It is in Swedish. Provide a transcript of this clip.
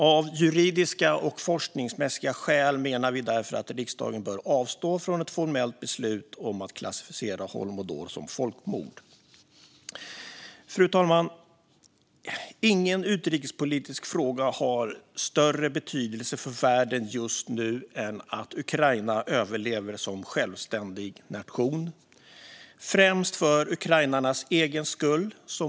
Av juridiska och forskningsmässiga skäl menar vi därför att riksdagen bör avstå från ett formellt beslut om att klassificera holodomor som folkmord. Fru talman! Ingen utrikespolitisk fråga har större betydelse för världen just nu än att Ukraina överlever som självständig nation, främst för ukrainarnas egen skull.